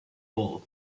bold